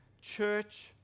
church